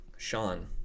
Sean